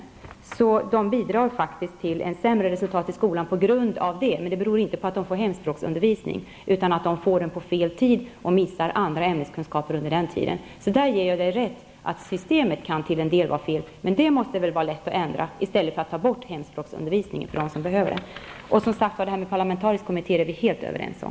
På grund av det bidrar den här undervisningen till sämre resultat i skolan, men det beror inte på att eleverna får hemspråksundervisning, utan på att de får den på fel tid och missar andra ämneskunskaper under den tiden. Jag ger dig alltså rätt i att systemet till en del kan vara felaktigt. Men det måste väl vara lätt att ändra, i stället för att ta bort hemspråksundervisningen för dem som behöver den. Den parlamentariska kommittén är vi helt överens om.